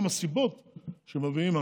וגם הסיבות שמביאים,